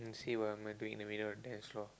and see what am I doing in the middle of the dance floor